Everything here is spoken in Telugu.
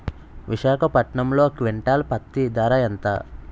విశాఖపట్నంలో క్వింటాల్ పత్తి ధర ఎంత?